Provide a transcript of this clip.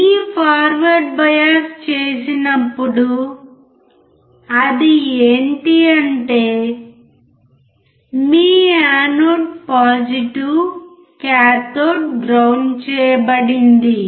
ఈ forward bias చేసినప్పుడు అది ఏంటి అంటే మీ ఆనోడ్ పాజిటివ్ కేథోడ్ గ్రౌండ్ చేయబడింది